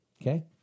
Okay